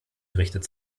gerichtet